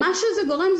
מה שזה גורם,